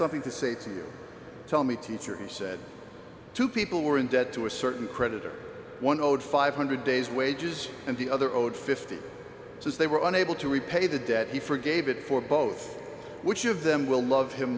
something to say to you tell me teacher he said two people were in debt to a certain creditor one owed five hundred days wages and the other owed fifty because they were unable to repay the debt he forgave it for both which of them will love him